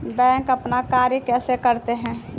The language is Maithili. बैंक अपन कार्य कैसे करते है?